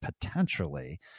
potentially